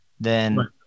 Then-